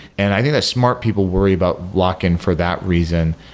and i think that smart people worry about lock-in for that reason.